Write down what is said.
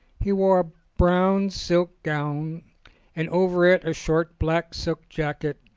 he wore a brown silk gown and over it a short black silk jacket,